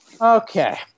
Okay